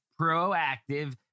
proactive